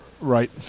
Right